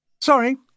Sorry